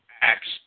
Acts